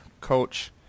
coach